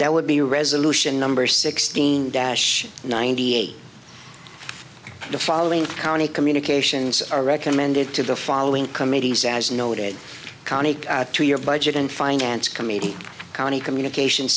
that would be a resolution number sixteen dash ninety eight the following county communications are recommended to the following committees as noted county to your budget and finance committee county communications